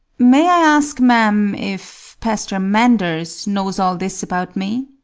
may i ask, ma'am, if pastor manders knows all this about me?